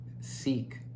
seek